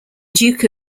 duke